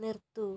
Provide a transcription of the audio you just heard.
നിർത്തൂ